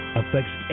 affects